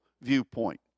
viewpoint